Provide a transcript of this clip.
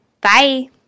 Bye